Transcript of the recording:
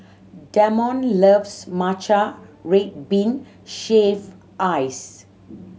Damond loves matcha red bean shaved ice